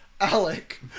Alec